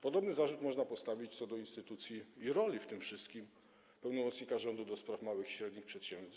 Podobny zarzut można postawić co do instytucji i roli w tym wszystkim pełnomocnika rządu do spraw małych i średnich przedsiębiorstw.